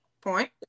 Point